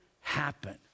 happen